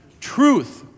truth